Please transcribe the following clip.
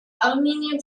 aluminum